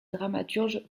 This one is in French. dramaturge